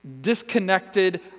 disconnected